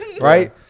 right